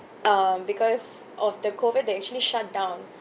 um because of the COVID they actually shut down